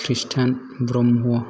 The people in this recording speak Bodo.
कृस्टान ब्रह्म